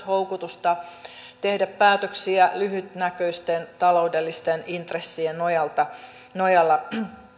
houkutusta tehdä päätöksiä lyhytnäköisten taloudellisten intressien nojalla nojalla